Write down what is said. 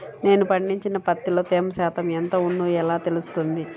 నేను పండించిన పత్తిలో తేమ శాతం ఎంత ఉందో ఎలా తెలుస్తుంది?